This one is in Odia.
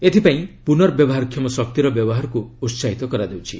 ଏଥିପାଇଁ ପୁନର୍ବ୍ୟବହାର କ୍ଷମ ଶକ୍ତିର ବ୍ୟବହାରକୁ ଉତ୍କାହିତ କରାଯାଉଛି